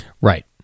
right